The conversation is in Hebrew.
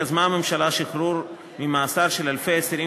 יזמה הממשלה שחרור ממאסר של אלפי אסירים